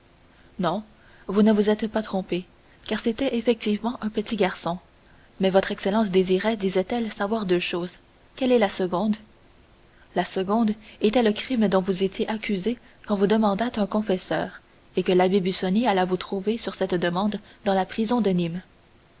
non vous ne vous êtes pas trompé car c'était effectivement un petit garçon mais votre excellence désirait disait-elle savoir deux choses quelle est la seconde la seconde était le crime dont vous étiez accusé quand vous demandâtes un confesseur et que l'abbé busoni alla vous trouver sur cette demande dans la prison de nîmes